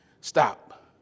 stop